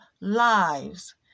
lives